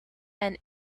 and